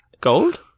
Gold